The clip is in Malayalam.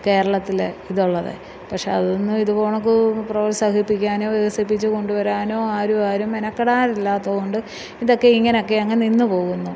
കേരളത്തിലെ ഇതുള്ളത് പക്ഷേ അതൊന്നും ഇത് പൊണക്ക് പ്രോത്സാഹിപ്പിക്കാനും വികസിപ്പിച്ച് കൊണ്ടുവരാനും ആരും ആരും മെനക്കെടാൻ ഇല്ലാത്തതുകൊണ്ട് ഇതൊക്കെ ഇങ്ങനെയൊക്കെ അങ്ങനെ നിന്നു പോകുന്നു